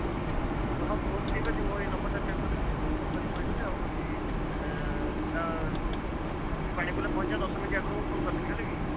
ମୁଁ ଫୋନ୍ କ ହଁ ହଉ ଠିକ୍ ଅଛି ମୋ ଏଇ ନମ୍ବର୍ଟା ସେଭ୍ କରିଦେବେ ଯଦି ମୁଁ ଫୋନ୍ କରି କହିଦେବି ଆଉ ହେଉଛି ତ ଟିକେ ପାଣିକୋଇଲି ପହଁଞ୍ଚିବାର ଦଶ ମିନିଟ୍ ଆଗରୁ ମୁଁ ଫୋନ୍ କରିଦେବି ହେଲାକି